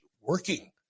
working